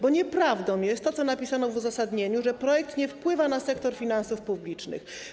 Bo nieprawdą jest to, co napisano w uzasadnieniu, że projekt nie wpływa na sektor finansów publicznych.